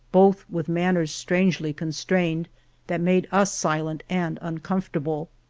both with manners strangely constrained that made us silent and uncom fortable.